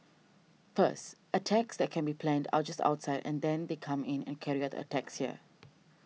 first attacks that can be planned outjust outside and then they come in and carry out the attacks here